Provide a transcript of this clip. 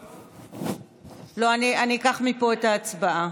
בבקשה, חברים, הצבעה.